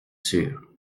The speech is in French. sûr